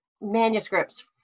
manuscripts